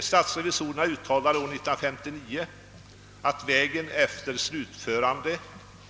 Statsrevisorerna uttalade år 1959, att vägen efter slutförande